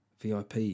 VIP